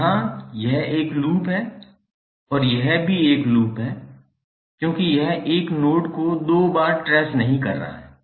तो यहाँ यह एक लूप है और यह भी एक लूप है क्योंकि यह 1 नोड को 2 बार ट्रेस नहीं कर रहा है